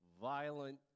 violent